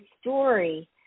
story